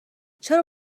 چرا